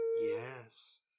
Yes